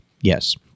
Yes